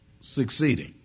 succeeding